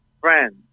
friends